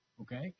okay